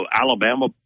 Alabama